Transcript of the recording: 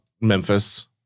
Memphis